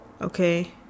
Okay